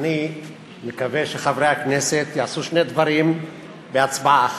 ואני מקווה שחברי הכנסת יעשו שני דברים בהצבעה אחת: